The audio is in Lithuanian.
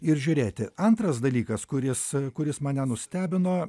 ir žiūrėti antras dalykas kuris kuris mane nustebino